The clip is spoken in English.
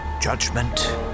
Judgment